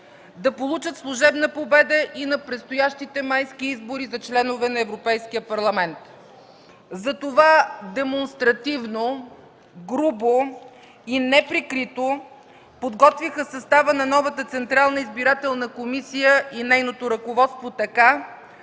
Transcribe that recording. да получат служебна победа и на предстоящите майски избори за членове на Европейския парламент. Затова демонстративно, грубо и неприкрито подготвиха състава на новата Централна избирателна комисия и нейното ръководство така,